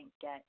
get